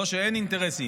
לא שאין אינטרסים,